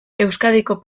euskadiko